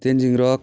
tenzing rock